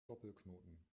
doppelknoten